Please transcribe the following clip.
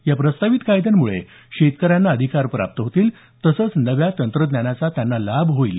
या प्रस्तावित कायद्यामुळे शेतकऱ्यांना अधिकार प्राप्त होतील तसंच नव्या तंत्रज्ञानाचा त्यांना लाभ होईल